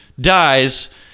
dies